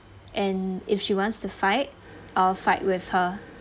and if she wants to fight I'll fight with her